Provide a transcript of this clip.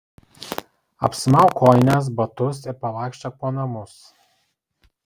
apsimauk kojines batus ir pavaikščiok po namus